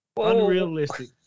Unrealistic